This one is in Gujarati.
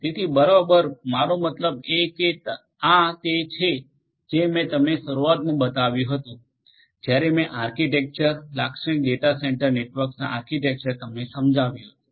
તેથી બરાબર મારો મતલબ એ કે આ તે છે જે મેં તમને શરૂઆતમાં બતાવ્યું હતું જ્યારે મેં આર્કિટેક્ચર લાક્ષણિક ડેટા સેન્ટર નેટવર્કના આર્કિટેક્ચર તમને સમજાવ્યું હતું